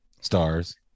stars